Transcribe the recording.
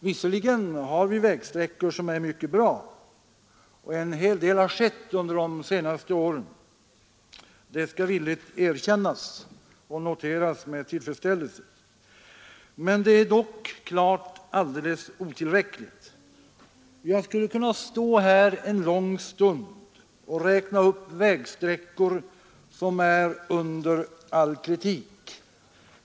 Visserligen har vi vägsträckor som är mycket bra och en hel del har skett under de senaste åren — det skall villigt och med tillfredsställelse erkännas — men det är dock klart otillräckligt. Jag skulle kunna stå här en lång stund och räkna upp vägsträckor som är under all kritik.